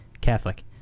Catholic